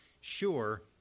sure